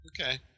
Okay